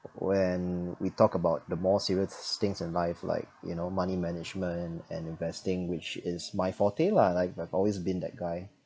when we talk about the more serious things in life like you know money management and investing which is my forte lah like I've always been that guy